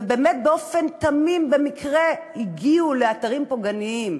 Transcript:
ובאמת באופן תמים במקרה הגיעו לאתרים פוגעניים,